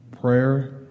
prayer